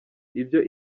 ibyo